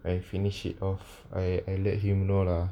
I finish it off I I let him know lah